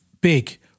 big